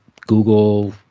Google